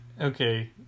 Okay